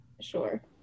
Sure